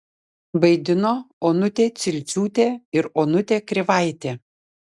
vaidino onutė cilciūtė ir onutė krivaitė